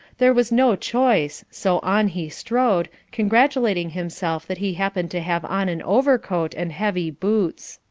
there was no choice, so on he strode, congratulating himself that he happened to have on an overcoat and heavy boots.